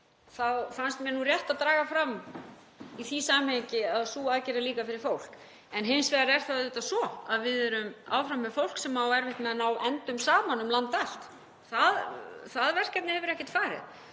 þá fannst mér rétt að draga fram í því samhengi að sú aðgerð er líka fyrir fólk. Hins vegar er það auðvitað svo að við erum áfram með fólk sem á erfitt með að ná endum saman um land allt. Það verkefni hefur ekkert farið.